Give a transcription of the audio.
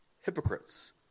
hypocrites